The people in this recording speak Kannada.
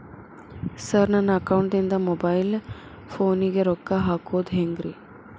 ಸರ್ ನನ್ನ ಅಕೌಂಟದಿಂದ ಮೊಬೈಲ್ ಫೋನಿಗೆ ರೊಕ್ಕ ಹಾಕೋದು ಹೆಂಗ್ರಿ?